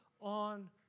on